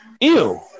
Ew